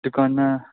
ਦੁਕਾਨਾਂ